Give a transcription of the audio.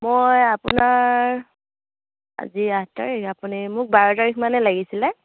মই আপোনাৰ আজি আঠ তাৰিখ আপুনি মোক বাৰ তাৰিখমানে লাগিছিলে